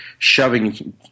shoving